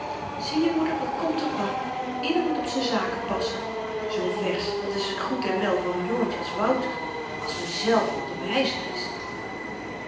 zieje moeder dat komt er van ieder moet op z'n zaken passen zoo'n vers dat is goed en wel voor een jongetje als wouter maar als men zelf onderwyzer is